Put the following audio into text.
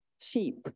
Sheep